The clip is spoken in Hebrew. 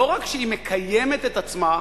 לא רק שהיא מקיימת את עצמה,